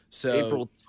April